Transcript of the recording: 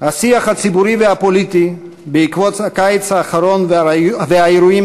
השיח הציבורי והפוליטי בעקבות הקיץ האחרון והאירועים